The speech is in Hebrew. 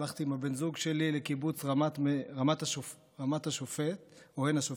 הלכתי עם הבן זוג שלי לקיבוץ רמת השופט או עין השופט,